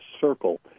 circle